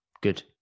good